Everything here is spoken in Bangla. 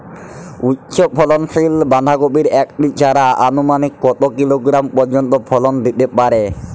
উচ্চ ফলনশীল বাঁধাকপির একটি চারা আনুমানিক কত কিলোগ্রাম পর্যন্ত ফলন দিতে পারে?